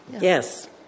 Yes